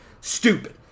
Stupid